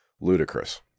ludicrous